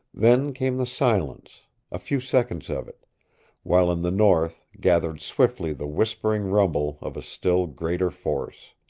then came the silence a few seconds of it while in the north gathered swiftly the whispering rumble of a still greater force.